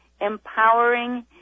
empowering